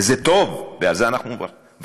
וזה טוב, ועל זה אנחנו מברכים.